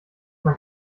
mein